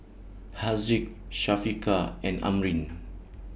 Haziq Syafiqah and Amrin